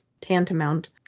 tantamount